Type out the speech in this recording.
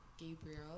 Gabriel